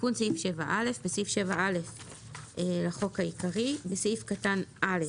תיקון סעיף 7א8.בסעיף 7א לחוק העיקרי בסעיף קטן (א),